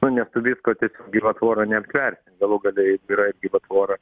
nu nes tu visko tiesiog gyva tvora neaptversi galų gale juk yra ir gyva tvora